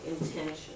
intention